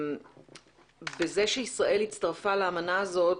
זה שישראל הצטרפה לאמנה הזאת,